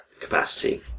capacity